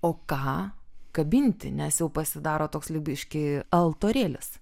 o ką kabinti nes jau pasidaro toks biškį altorėlis